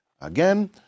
again